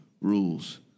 rules